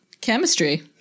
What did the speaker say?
Chemistry